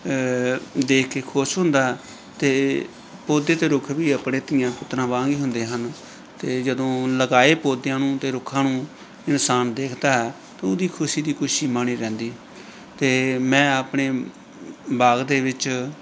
ਦੇਖ ਕੇ ਖੁਸ਼ ਹੁੰਦਾ ਅਤੇ ਪੌਦੇ ਅਤੇ ਰੁੱਖ ਵੀ ਆਪਣੇ ਧੀਆਂ ਪੁੱਤਰਾਂ ਵਾਂਗ ਹੀ ਹੁੰਦੇ ਹਨ ਅਤੇ ਜਦੋਂ ਲਗਾਏ ਪੌਦਿਆ ਨੂੰ ਅਤੇ ਰੁੱਖਾਂ ਨੂੰ ਇਨਸਾਨ ਦੇਖਦਾ ਤਾਂ ਉਹਦੀ ਖੁਸ਼ੀ ਦੀ ਕੋਈ ਸੀਮਾ ਨਹੀ ਰਹਿੰਦੀ ਅਤੇ ਮੈਂ ਆਪਣੇ ਬਾਗ ਦੇ ਵਿੱਚ